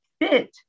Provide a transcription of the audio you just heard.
fit